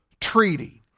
treaty